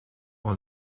ont